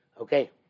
Okay